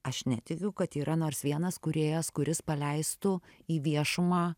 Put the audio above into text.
aš netikiu kad yra nors vienas kūrėjas kuris paleistų į viešumą